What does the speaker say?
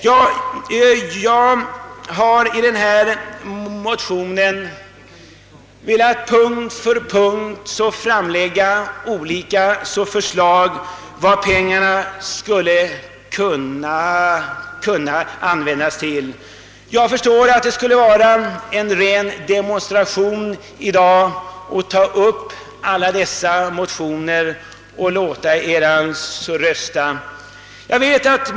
Jag har i motioner punkt för punkt velat framlägga förslag om vad pengarna skulle kunna användas till. Jag förstår att det skulle vara en ren demonstration att i dag ta upp alla dessa motioner till omröstning.